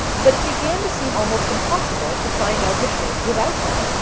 but it began to seem almost impossible to find out the truth without them.